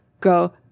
go